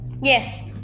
Yes